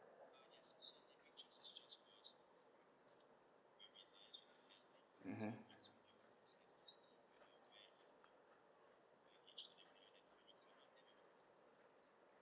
mmhmm